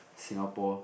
Singapore